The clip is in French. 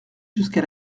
jusqu’à